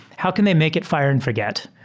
how can they make it fire-and forget,